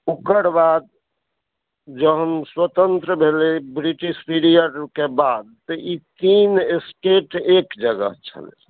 ओकरबाद जहन स्वतंत्र भेलै ब्रिटिश पीरियडके बाद तऽ ई तीन स्टेट एक जगह छलै